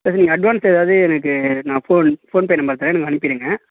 இல்லை சார் நீங்கள் அட்வான்ஸ் ஏதாவது எனக்கு நான் ஃபோன் ஃபோன்பே நம்பர் தரேன் எனக்கு அனுப்பிடுங்க